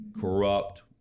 corrupt